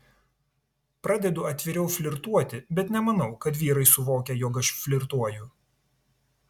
pradedu atviriau flirtuoti bet nemanau kad vyrai suvokia jog aš flirtuoju